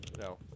No